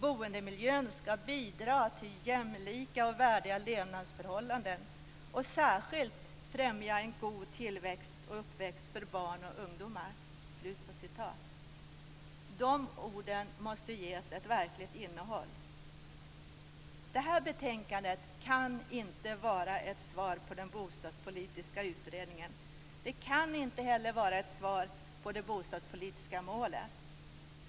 Boendemiljön skall bidra till jämlika och värdiga levnadsförhållanden och särskilt främja en god uppväxt för barn och ungdomar." De orden måste ges ett verkligt innehåll. Det här betänkandet kan inte vara ett svar på den bostadspolitiska utredningen. Det kan inte heller vara ett svar på det bostadspolitiska målet.